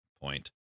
Point